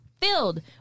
filled